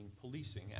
policing